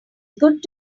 good